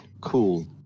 Cool